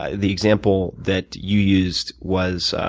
ah the example that you used was